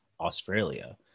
Australia